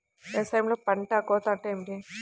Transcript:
వ్యవసాయంలో పంట కోత అంటే ఏమిటి?